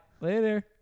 Later